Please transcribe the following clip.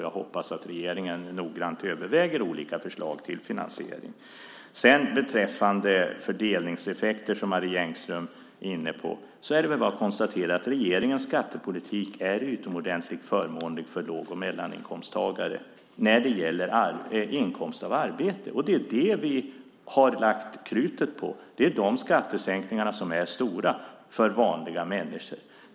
Jag hoppas att regeringen noggrant överväger olika förslag till finansiering. Beträffande fördelningseffekter som Marie Engström är inne på är det bara att konstatera att regeringens skattepolitik är utomordentligt förmånlig för låg och medelinkomsttagare när det gäller inkomst av arbete. Det är ju det vi har lagt krutet på! Det är de skattesänkningarna som är stora för vanliga människor.